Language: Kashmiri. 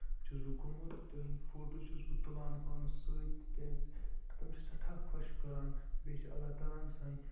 چھُس بہٕ گوٚمُت تِہند فوٹو چھُس بہٕ تُلان پانَس سۭتۍ تِکیازِ تِم چھِ سٮ۪ٹھاہ خۄش کرا ن بیٚیہِ چھِ اللہ تعالٰی ہن سٲنۍ